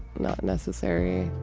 not necessary